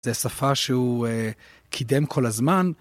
זה שפה שהוא קידם כל הזמן.